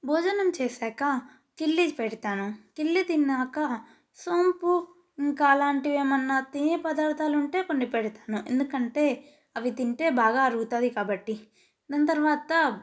భోజనం చేసినాక కిళ్ళీ పెడతాను కిళ్ళీ తిన్నాకా సోంపు ఇంకా అలాంటివి ఏమన్నా తినే పదార్ధాలు ఉంటే కొన్ని పెడతాను ఎందుకంటే అవి తింటే బాగా అరుగుతుంది కాబట్టి దాని తర్వాత